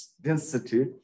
density